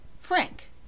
Frank